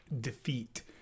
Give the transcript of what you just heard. defeat